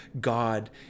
God